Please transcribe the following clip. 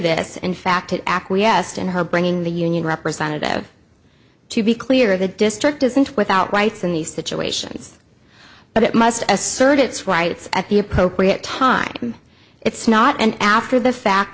this in fact it acquiesced in her bringing the union representative to be clear of the district isn't without rights in these situations but it must assert its rights at the appropriate time it's not and after the fact